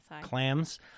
Clams